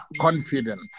confidence